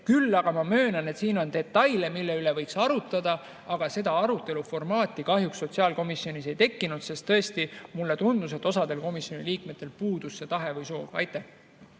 Küll aga ma möönan, et siin on detaile, mille üle võiks arutada, aga aruteluformaati kahjuks sotsiaalkomisjonis ei tekkinud, sest tõesti mulle tundus, et osal komisjoni liikmetel puudus selleks tahe või soov. Kristen